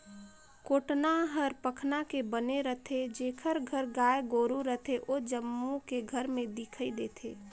कोटना हर पखना के बने रथे, जेखर घर गाय गोरु रथे ओ जम्मो के घर में दिखइ देथे